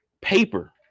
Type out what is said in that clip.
paper